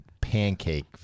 pancake